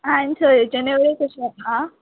आं आनी सयेच्यो नेवऱ्यो कश्यो आतां